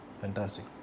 Fantastic